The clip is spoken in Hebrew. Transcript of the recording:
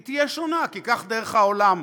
היא תהיה שונה כי כך דרך העולם.